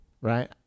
right